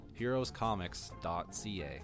heroescomics.ca